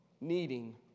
needing